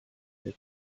bit